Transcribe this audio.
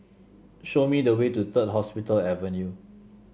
show me the way to Third Hospital Avenue